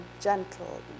gentle